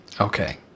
Okay